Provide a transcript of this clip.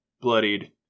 bloodied